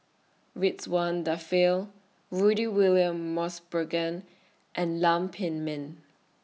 Ridzwan Dzafir Rudy William Mosbergen and Lam Pin Min